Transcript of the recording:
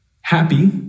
Happy